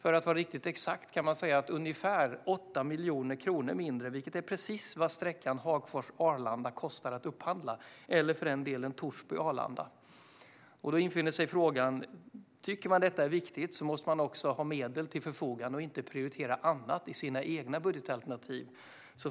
Man kan säga att det är ungefär 8 miljoner kronor mindre, vilket är precis vad sträckan Hagfors-Arlanda kostar att upphandla eller, för den delen, sträckan Torsby-Arlanda. Tycker man att detta är viktigt måste man ha medel till det och inte prioritera annat i sina egna budgetalternativ.